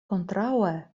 kontraŭe